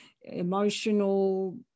emotional